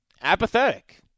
apathetic